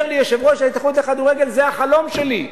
אומר לי יושב-ראש ההתאחדות לכדורגל: "זה החלום שלי".